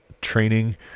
training